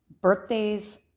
birthdays